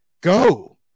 Go